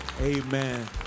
amen